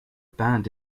band